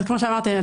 כמו שאמרתי,